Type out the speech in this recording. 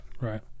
Right